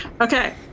Okay